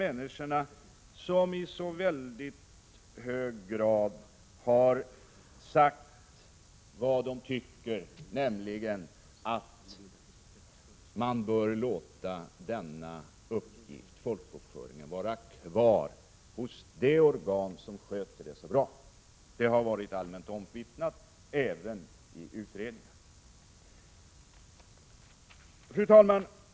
Människorna ute i landet har i hög grad sagt vad de tycker, nämligen att folkbokföringen bör få vara kvar hos kyrkan som sköter det så bra. Det har varit allmänt omvittnat även i utredningar. Fru talman!